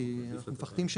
כי מפחדים,